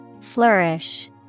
Flourish